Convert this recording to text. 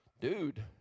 Dude